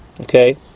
Okay